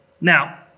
Now